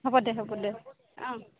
হ'ব দে হ'ব দে অঁ